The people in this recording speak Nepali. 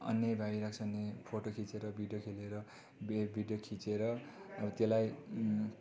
अन्याय भइरहेको नि फोटो खिचेर भिडियो खेलेर भे भिडियो खिचेर अब त्यसलाई